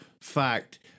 fact